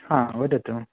हा वदतु